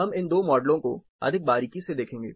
हम इन 2 मॉडलों को अधिक बारीकी से देखेंगे